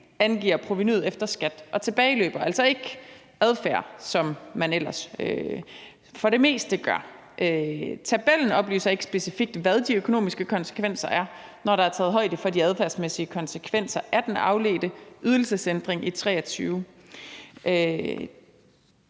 angiver provenuet efter skat og tilbageløb og altså ikke adfærd, som man ellers for det meste gør. Tabellen oplyser ikke specifikt, hvad de økonomiske konsekvenser er, når der er taget højde for de adfærdsmæssige konsekvenser af den afledte ydelsesændring i 2023.